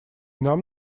нам